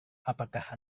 apakah